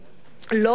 לא עובדים,